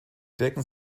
decken